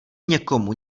někomu